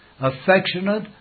affectionate